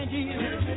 Jesus